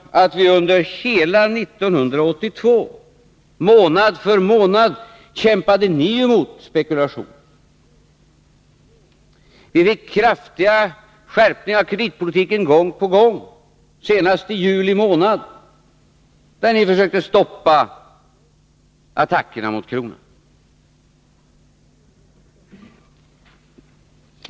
Under hela 1982, månad för månad, kämpade ni emot spekulationen. Vi fick kraftiga skärpningar av kreditpolitiken gång på gång, senast i juli månad, när ni försökte stoppa attackerna mot kronan.